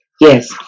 Yes